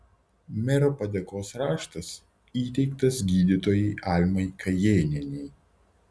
mero padėkos raštas įteiktas gydytojai almai kajėnienei